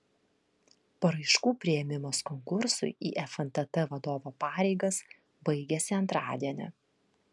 paraiškų priėmimas konkursui į fntt vadovo pareigas baigiasi antradienį